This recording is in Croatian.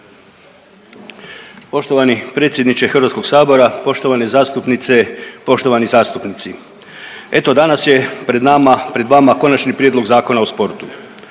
Poštovani predsjedniče Hrvatskog sabora, poštovane zastupnice, poštovani zastupnici, eto danas je pred nama, pred vama Konačni prijedlog Zakona o sportu.